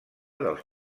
dels